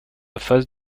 phase